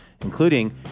including